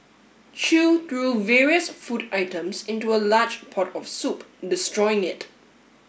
chew threw various food items into a large pot of soup destroying it